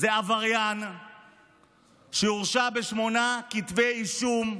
הוא עבריין שהורשע בשמונה כתבי אישום.